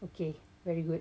okay very good